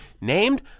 named